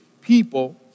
people